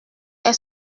est